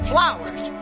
Flowers